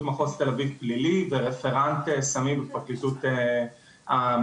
מחוז תל אביב פלילי ורפרנט סמים פרקליטות המדינה.